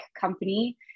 company